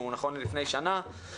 הוא נכון לשנה שעברה,